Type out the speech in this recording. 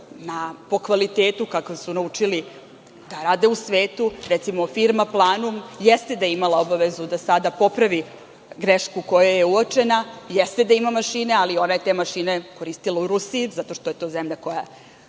po kvalitetu kakav su naučili da rade u svetu. Recimo, firma „Planum“ jeste da je imala obavezu da sada popravi grešku koja je uočena, jeste da ima mašine, ali ona je te mašine koristila u Rusiji, zato što je to zemlja koja